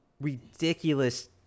ridiculous